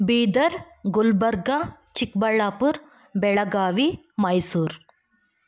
Bidar Gulbarga Chikkaballapura Belagavi Mysuru